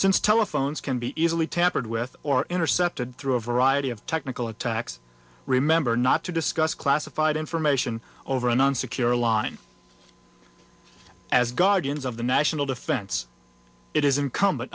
since telephones can be easily tampered with or intercepted through a variety of technical attacks remember not to discuss classified information over a non secure line as guardians of the national defense it is incumbent